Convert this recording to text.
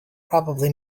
probably